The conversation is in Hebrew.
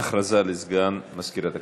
הודעה לסגן מזכירת הכנסת.